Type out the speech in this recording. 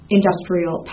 industrial